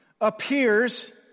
appears